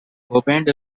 opened